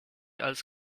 als